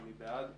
מי בעד?